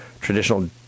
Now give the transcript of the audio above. Traditional